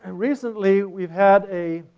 and recently we've had a